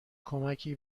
کمکی